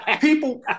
People